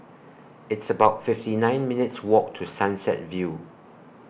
It's about fifty nine minutes' Walk to Sunset View